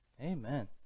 Amen